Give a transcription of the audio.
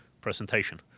presentation